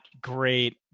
great